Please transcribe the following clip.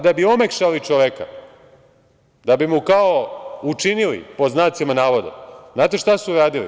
Da bi omekšali čoveka, da bi mu kao učinili, pod znacima navoda, znate šta su u radili?